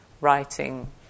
writing